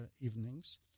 evenings